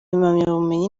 impamyabumenyi